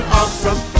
awesome